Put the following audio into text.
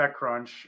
TechCrunch